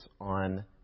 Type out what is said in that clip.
on